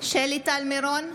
טל מירון,